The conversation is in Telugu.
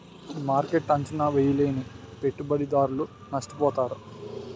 మార్కెట్ను అంచనా వేయలేని పెట్టుబడిదారులు నష్టపోతారు